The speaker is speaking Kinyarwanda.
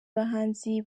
bahanzi